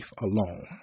alone